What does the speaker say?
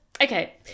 okay